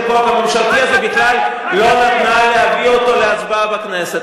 היא בכלל לא נתנה להביא אותו להצבעה בכנסת,